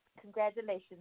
Congratulations